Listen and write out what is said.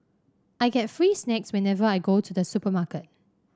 I get free snacks whenever I go to the supermarket